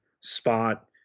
spot